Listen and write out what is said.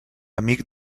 amic